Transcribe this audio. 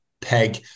peg